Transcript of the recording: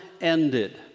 ended